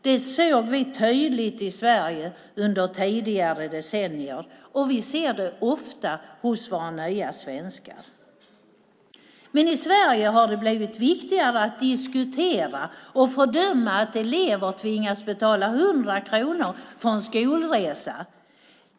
Det såg vi tydligt i Sverige under tidigare decennier, och vi ser det ofta hos våra nya svenskar. Men i Sverige har det blivit viktigare att diskutera och fördöma att elever tvingas betala 100 kronor för en skolresa.